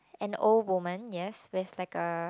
an old woman yes with like a